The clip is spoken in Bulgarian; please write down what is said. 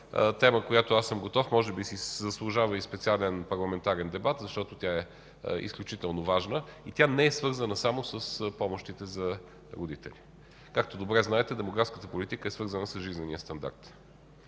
тема, по която аз съм готов, а може би си заслужава и специален парламентарен дебат, защото тя е изключително важна и не е свързана само с помощите за родители. Както добре знаете, демографската политика е свързана с жизнения стандарт.